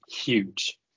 huge